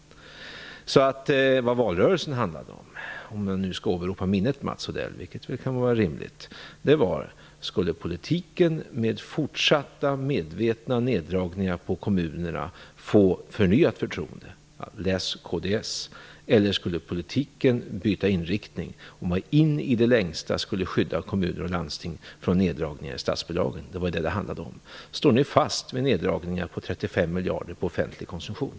Vad valrörelsen handlade om - om vi nu skall åberopa den, vilket kan vara rimligt - var om politiken med fortsatta medvetna neddragningar på kommunera skulle få förnyat förtroende - läs kds - eller om politiken skulle byta inriktning och man in i det längsta skulle skydda kommuner och landsting från neddragningar i statsbidragen. Står ni fast vid neddragningar på 35 miljarder på offentlig konsumtion?